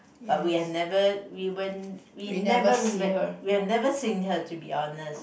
but we have never we weren't we never met we have never seen her to be honest